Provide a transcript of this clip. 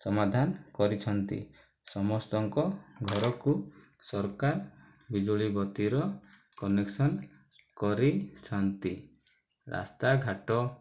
ସମାଧାନ କରିଛନ୍ତି ସମସ୍ତଙ୍କ ଘରକୁ ସରକାର ବିଜୁଳିବତୀର କନେକ୍ସନ କରେଇଛନ୍ତି ରାସ୍ତାଘାଟ